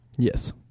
Yes